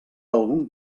algun